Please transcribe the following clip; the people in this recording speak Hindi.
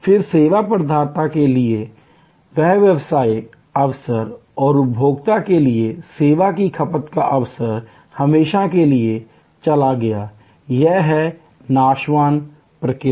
फिर सेवा प्रदाता के लिए वह व्यावसायिक अवसर और उपभोक्ता के लिए सेवा की खपत का अवसर हमेशा के लिए चला गया यह है नाशवान प्रकृति